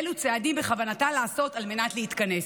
אילו צעדים בכוונתה לעשות על מנת להתכנס.